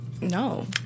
No